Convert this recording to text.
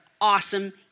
awesome